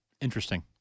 Interesting